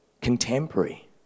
Contemporary